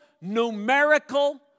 numerical